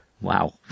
Wow